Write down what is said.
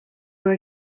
were